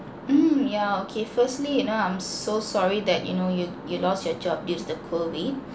mm yeah okay firstly you know I'm so sorry that you know you you lost your job due to the COVID